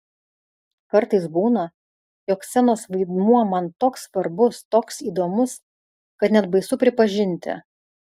kartais būna jog scenos vaidmuo man toks svarbus toks įdomus kad net baisu pripažinti